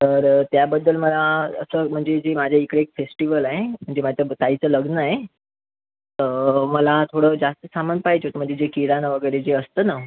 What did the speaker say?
तर त्याबद्दल मला असं म्हणजे जे माझ्या इकडे एक फेस्टिवल आहे म्हणजे माझ्या ताईचं लग्न आहे मला थोडं जास्त सामान पाहिजे होतं म्हणजे जे किराणा वगैरे जे असतं ना